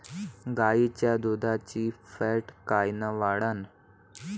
गाईच्या दुधाची फॅट कायन वाढन?